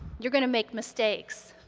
you're gonna make mistakes.